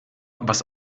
was